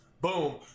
Boom